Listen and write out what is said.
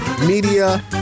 media